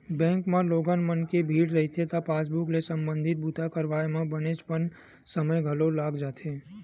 bank म लोगन मन के भीड़ रहिथे त पासबूक ले संबंधित बूता करवाए म बनेचपन समे घलो लाग जाथे